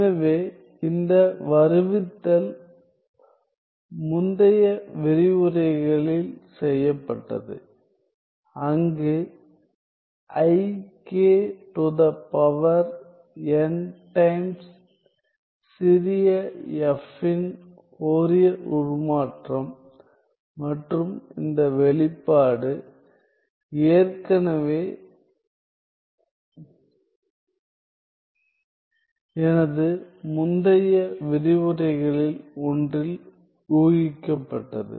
எனவே இந்த வருவித்தல் முந்தைய விரிவுரைகளில் செய்யப்பட்டது அங்கு i k to the power n times சிறிய f இன் ஃபோரியர் உருமாற்றம் மற்றும் இந்த வெளிப்பாடுகோவை ஏற்கனவே எனது முந்தைய விரிவுரைகளில் ஒன்றில் ஊகிக்கப்பட்டது